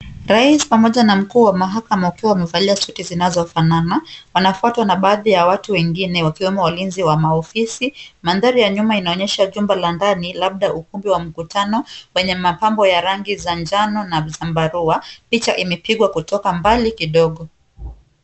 Rais pamoja na mkuu wa mahakama wakiwa wamevalia suti zinazofanana, wanafuatwa na baadhi ya watu wengine, wakiwemo walinzi wa maofisi, mandhari ya nyuma inaonyesha jumba la ndani labda ukumbi wa mkutano, wenye mapambo ya rangi za njano na zambarau, picha imepigwa kutoka mbali kidogo.